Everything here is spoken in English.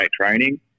training